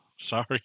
Sorry